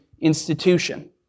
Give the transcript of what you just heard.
institution